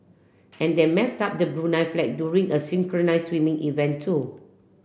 and they messed up the Brunei flag during a synchronise swimming event too